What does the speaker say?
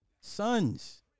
Sons